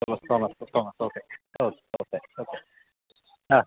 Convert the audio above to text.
Thomas Thomas Thomas okay okay okay okay ആ